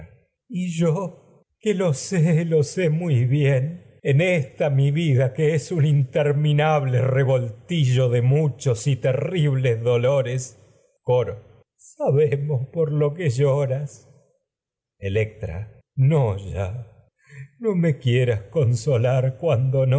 y yo mi que lo sé sé muy bien en esta vida que es un interminable revoltillo de muchos y dolores terribles coro sabemos por lo que lloras quieras consolar cuando no electra no ya no me